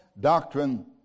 doctrine